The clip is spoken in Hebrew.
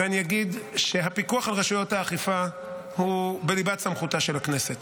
ואני אגיד שהפיקוח על רשויות האכיפה הוא בליבת סמכותה של הכנסת.